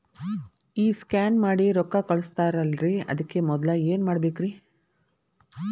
ಈ ಸ್ಕ್ಯಾನ್ ಮಾಡಿ ರೊಕ್ಕ ಕಳಸ್ತಾರಲ್ರಿ ಅದಕ್ಕೆ ಮೊದಲ ಏನ್ ಮಾಡ್ಬೇಕ್ರಿ?